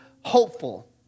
hopeful